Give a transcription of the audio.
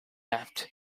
left